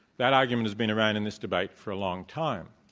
that argument has been around in this debate for a long time.